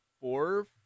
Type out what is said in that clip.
Four